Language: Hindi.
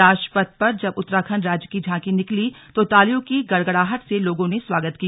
राजपथ पर जब उत्तराखण्ड राज्य की झांकी निकली तो तालियों की गड़गडाहट से लोगों ने स्वागत किया